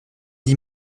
dix